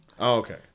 Okay